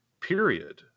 period